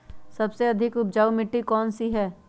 सबसे अधिक उपजाऊ मिट्टी कौन सी हैं?